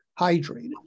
hydrated